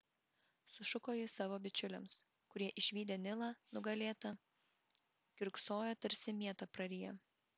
sušuko jis savo bičiuliams kurie išvydę nilą nugalėtą kiurksojo tarsi mietą prariję